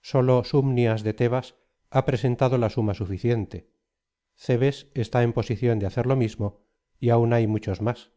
sólo sunmias de tébas ha presentado la suma suficiente cebes está en posición de hacer lo mismo y aun hay muchos más